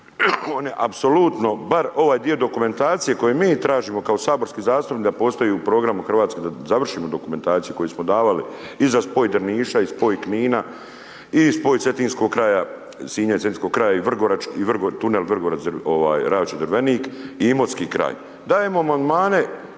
apsolutno bar ovaj dio dokumentacije koje mi tražimo kao saborski zastupnik da postoji u programu RH da završimo dokumentaciju koju smo davali i za spoj Drniša i spoj Knina i spoj Cetinskog kraja, Sinja i Cetinskog kraja i tunel Ravča-Drvenik i Imotski kraj,